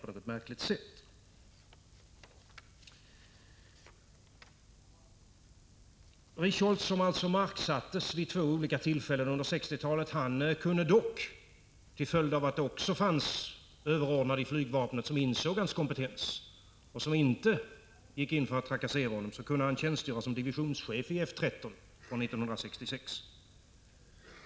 Lennart Richholtz, som alltså marksattes vid två olika tillfällen under 1960-talet, kunde dock, tack vare att det också fanns överordnade i flygvapnet som insåg hans kompetens och som inte gick in för att trakassera honom, tjänstgöra som divisionschef vid F 13 från 1966.